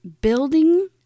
Building